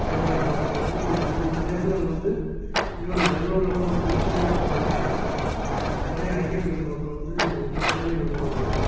ஹைதராபாத் மாதிரி அதுவும் நிறையா பேர் அங்கே வந்து ஈவென் பெங்களூரில் கூட நெருக்கடியாக இருக்கிறதுனால நிறையா ஐடி ஃபீல்டு பக்கம் வந்து சென்னையை விரும்புகிறாங்க